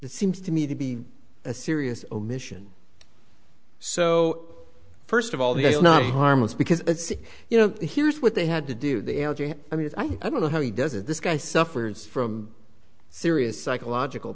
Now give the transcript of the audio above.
it seems to me to be a serious omission so first of all the it's not harmless because it's you know here's what they had to do the algae i mean i don't know how he does it this guy suffers from serious psychological